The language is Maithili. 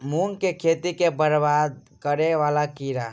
मूंग की खेती केँ बरबाद करे वला कीड़ा?